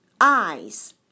eyes